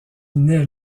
naît